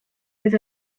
oedd